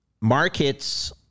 Markets